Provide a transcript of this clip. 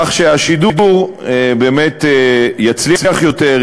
כך שהשידור באמת יצליח יותר,